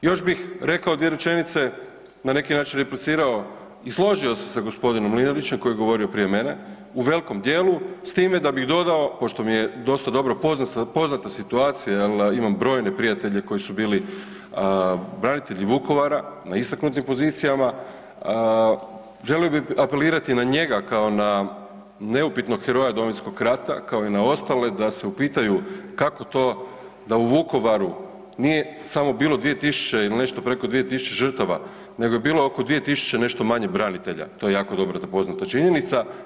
Još bih rekao dvije rečenice, na neki način replicirao, i složio se sa g. Mlinarićem koji je govorio prije mene u velikom dijelu s time da bih dodao, pošto mi je dosta dobro poznata situacija jel imam brojne prijatelje koji su bili branitelji Vukovara na istaknutim pozicijama, želio bi apelirati na njega kao na neupitnog heroja Domovinskog rata, kao i na ostale da se upitaju kako to da u Vukovaru nije samo bilo 2000 ili nešto preko 2000 žrtava nego je bilo oko 2000 i nešto manje branitelja, to je jako dobro ta poznata činjenica.